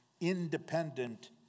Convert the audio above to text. independent